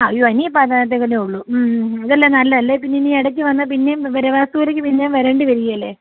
ആ അയ്യോ ഇനി ഇപ്പോൾ അതിനകത്തേക്ക് തന്നെയെ ഉള്ളൂ ഇതല്ലേ നല്ലത് അല്ലെങ്കിൽപ്പിന്നെ ഇനി ഇടയ്ക്ക് വന്ന് പിന്നെയും പിന്നെയും വരേണ്ടി വരില്ലേ